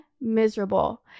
miserable